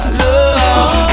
love